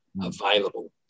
available